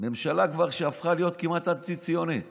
ממשלה שכבר הפכה להיות כמעט אנטי-ציונית